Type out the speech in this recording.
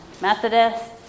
Methodists